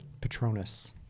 patronus